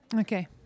Okay